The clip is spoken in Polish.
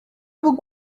bóg